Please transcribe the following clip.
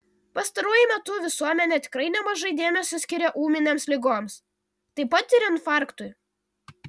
pastaruoju metu visuomenė tikrai nemažai dėmesio skiria ūminėms ligoms taip pat ir infarktui